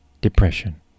depression